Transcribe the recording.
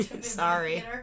sorry